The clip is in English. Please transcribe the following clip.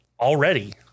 already